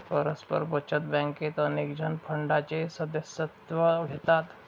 परस्पर बचत बँकेत अनेकजण फंडाचे सदस्यत्व घेतात